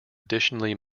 additionally